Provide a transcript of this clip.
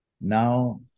Now